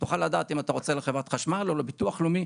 תוכל לדעת אם אתה רוצה לחברת חשמל או לביטוח הלאומי,